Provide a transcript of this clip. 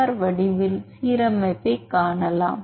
ஆர வடிவில் சீரமைப்பைக் காணலாம்